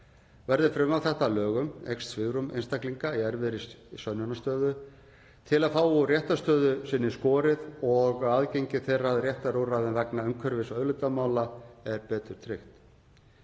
Verði frumvarp þetta að lögum eykst svigrúm einstaklinga í erfiðri sönnunarstöðu til þess að fá úr réttarstöðu sinni skorið og aðgengi þeirra að réttarúrræðum vegna umhverfis- og auðlindamála er betur tryggt.